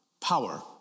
power